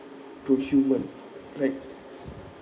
to human like